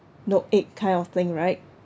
no egg kind of thing right